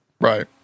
Right